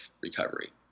recovery